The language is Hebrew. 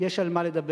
יש על מה לדבר.